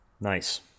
Nice